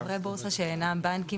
חברי בורסה שאינם בנקים,